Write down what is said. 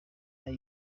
ayo